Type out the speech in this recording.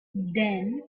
then